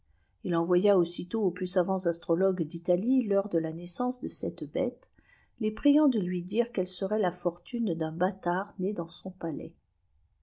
il envoya aussitôt aux plus savants astrologues d'italie l'heure de la naissance de cette bête les priant de lui dire qu'elle serait la fortune d'un bâtard né dans son palais